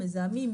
מזהמים,